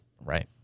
right